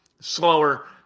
slower